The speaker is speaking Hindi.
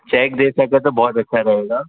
चेक दे सकें तो बहुत अच्छा रहेगा